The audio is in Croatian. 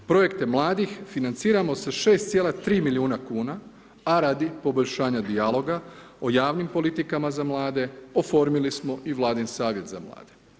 Projekte mladih financiramo sa 6,3 milijuna kuna a radi poboljšanja dijaloga o javnim politikama za mlade oformili smo i Vladin Savjet za mlade.